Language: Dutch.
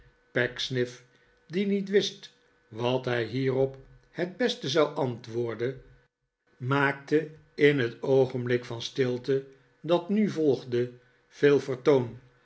pecksniff die niet wist wat hij hierop het beste zou antwoorden maakte in het oogenblik van stilte dat nu volgde veel vertoon